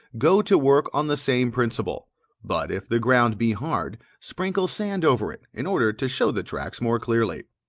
go to work on the same principle but, if the ground be hard, sprinkle sand over it, in order to show the tracks more clearly.